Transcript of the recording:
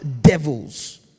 devils